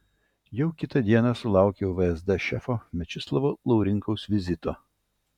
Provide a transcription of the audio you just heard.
jau kitą dieną sulaukiau vsd šefo mečislovo laurinkaus vizito